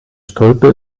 stolpe